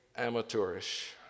amateurish